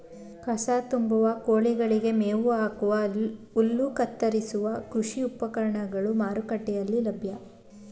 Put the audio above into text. ಕಸ ತುಂಬುವ, ಕೋಳಿಗಳಿಗೆ ಮೇವು ಹಾಕುವ, ಹುಲ್ಲು ಕತ್ತರಿಸುವ ಕೃಷಿ ಉಪಕರಣಗಳು ಮಾರುಕಟ್ಟೆಯಲ್ಲಿ ಲಭ್ಯ